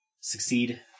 Succeed